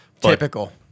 Typical